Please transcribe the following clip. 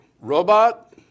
Robot